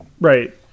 right